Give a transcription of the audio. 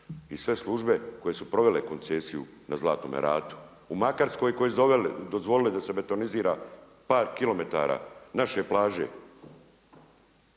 I sve službe koje su provele koncesiju na Zlatnome ratu, u Makarskoj koje su dozvolite da se betonizira par kilometara naše plaže.